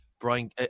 Brian